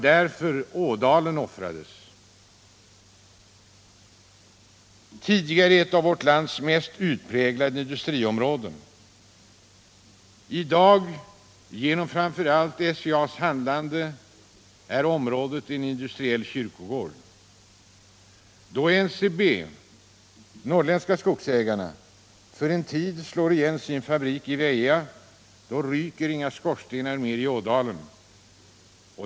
Därför offrades Ådalen, tidigare ett av vårt lands mest utpräglade industriområden. I dag är området genom framför allt SCA:s handlande en industriell kyrkogård. Då NCB, de norrländska skogsägarna, för en tid slår igen sin fabrik i Väja ryker inga skorstenar mer i Ådalen.